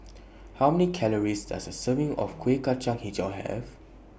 How Many Calories Does A Serving of Kueh Kacang Hijau Have